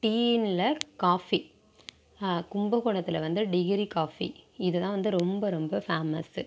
டீனு இல்லை காஃபி கும்பகோணத்தில் வந்து டிகிரி காஃபி இது தான் வந்து ரொம்ப ரொம்ப ஃபேமஸ்ஸு